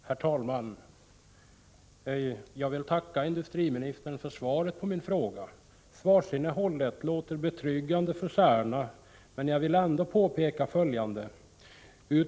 Herr talman! Jag vill tacka industriministern för svaret på min fråga. Svarsinnehållet låter betryggande för Särna, men jag vill ändå påpeka följande.